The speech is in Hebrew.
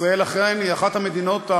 ישראל היא אכן אחת המדינות,